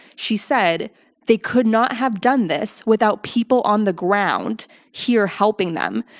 she said they could not have done this without people on the ground here helping them.